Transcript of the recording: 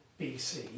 BC